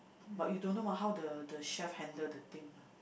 but you don't know mah how the the chef handle the things mah